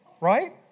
right